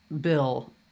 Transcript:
bill